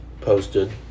posted